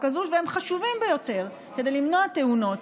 הזו והם חשובים ביותר כדי למנוע תאונות,